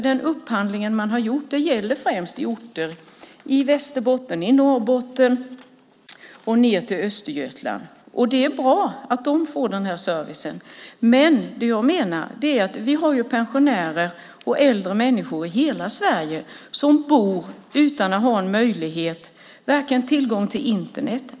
Den upphandling man har gjort gäller främst orter i Västerbotten, Norrbotten och ned till Östergötland. Det är bra att de får den servicen, men det finns pensionärer och äldre människor i hela Sverige som bor utan att ha tillgång till Internet.